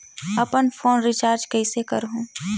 अपन phone recharge कइसे करहु?